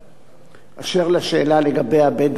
אשר לשאלה לגבי הבדואים בנגב,